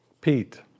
Pete